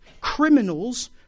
criminals